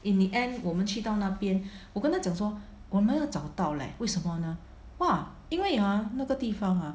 in the end 我们去到那边我跟他讲说我没有找到 leh 为什么呢 !wah! 因为 !huh! 那个地方 !huh!